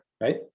right